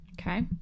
Okay